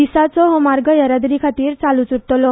दिसाचो हो मार्ग येरादारी खातीर चालूच उरतलो